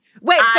Wait